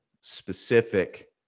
specific